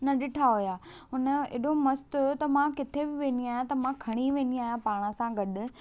न ॾिठा हुआ उन जो ऐॾो मस्त हुओ त मां किथे बि वेंदी आहियां त मां खणी वेंदी आहिया पाण सां गॾु